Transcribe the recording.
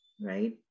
right